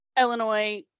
Illinois